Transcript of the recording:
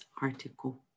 article